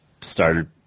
started